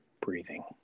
breathing